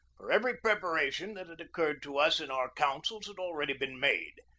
for every preparation that had occurred to us in our councils had already been made.